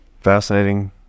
fascinating